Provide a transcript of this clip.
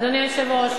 אדוני היושב-ראש,